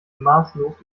maßlos